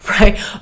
Right